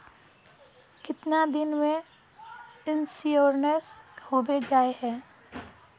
कीतना दिन में इंश्योरेंस होबे जाए है?